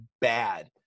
bad